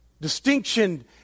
distinction